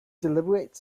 deliberate